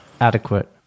adequate